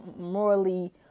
morally